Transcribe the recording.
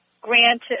granted